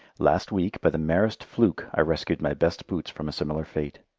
last week, by the merest fluke, i rescued my best boots from a similar fate.